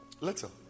Little